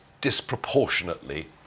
disproportionately